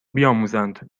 بیاموزند